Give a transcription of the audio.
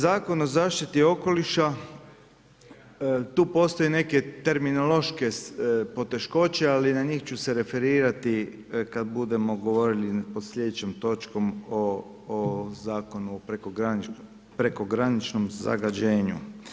Zakon o zaštiti okoliša, tu postoje neke terminološke poteškoće ali na njih ću se referirati kad budemo govorili pod slijedećom točkom o Zakonu o prekograničnom zagađenju.